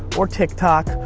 or tiktok,